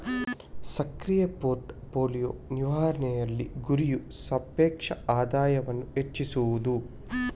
ಸಕ್ರಿಯ portfolio ನಿರ್ವಹಣೆಯಲ್ಲಿ, ಗುರಿಯು ಸಾಪೇಕ್ಷ ಆದಾಯವನ್ನು ಹೆಚ್ಚಿಸುವುದು